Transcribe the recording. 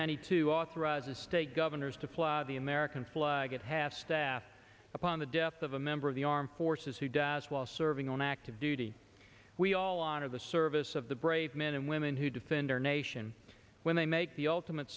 nanny to authorize the state governors to fly the american flag at half staff upon the death of a member of the armed forces who died while serving on active duty we all honor the service of the brave men and women who defend our nation when they make the ultimate